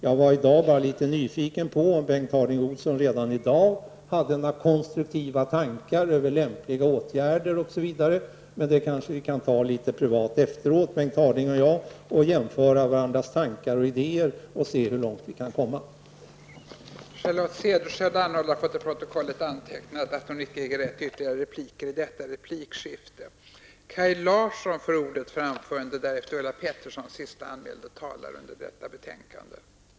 Jag var i dag nyfiken på att få höra om Bengt Harding Olson redan nu hade några konstruktiva tankar om lämpliga åtgärder. Men den diskussionen kanske Bengt Harding Olson och jag kan ta privat efter den här debatten. Vi kan då jämföra varandras tankar och idéer för att se hur långt vi kan komma.